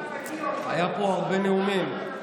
הוא היה פה בהרבה נאומים.